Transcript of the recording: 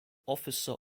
officer